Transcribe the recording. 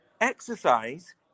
exercise